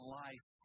life